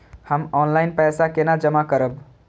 हम ऑनलाइन पैसा केना जमा करब?